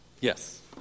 yes